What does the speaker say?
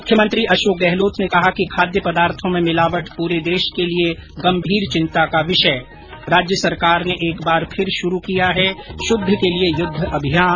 मुख्यमंत्री अशोक गहलोत ने कहा कि खाद्य पदार्थों में मिलावट पूरे देश के लिए गंभीर चिंता का विषय राज्य सरकार ने एक बार फिर शुरू किया है शुद्ध के लिए युद्ध अभियान